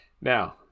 Now